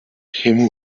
him